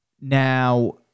Now